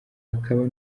akaba